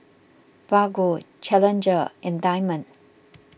Bargo Challenger and Diamond